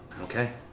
Okay